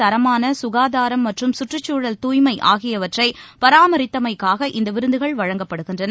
தரமான சுகாதாரம் மற்றும் கற்றுச்சூழல் தூய்மை ஆகியவற்றை பராமரித்தமைக்காக இந்த விருதுகள் வழங்கப்படுகின்றன